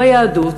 ביהדות,